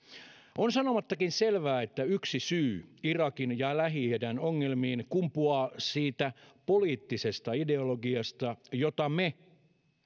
on sanomattakin selvää että yksi syy irakin ja lähi idän ongelmiin kumpuaa siitä poliittisesta ideologiasta jota me